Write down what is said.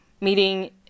meeting